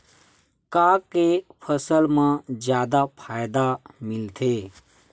का के फसल मा जादा फ़ायदा मिलथे?